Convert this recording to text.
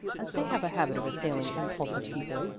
as they have a habit of assailing impulsive people,